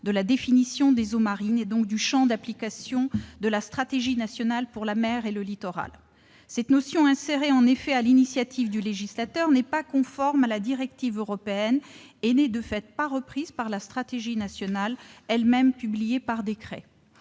de la définition des eaux marines, et donc du champ d'application de la stratégie nationale pour la mer et le littoral. En effet, cette notion, insérée sur l'initiative du législateur, n'est pas conforme à la directive européenne et n'est, de fait, pas reprise par la stratégie nationale, elle-même publiée par décret.